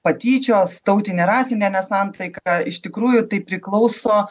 patyčios tautinė rasinė nesantaika iš tikrųjų tai priklauso